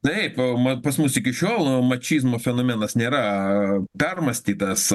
taip va mat pas mus iki šiol mačizmų fenomenas nėra permąstytas